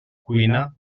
cuina